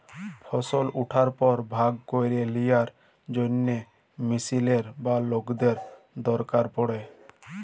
ফসল উঠার পর ভাগ ক্যইরে লিয়ার জ্যনহে মেশিলের বা লকদের দরকার পড়ে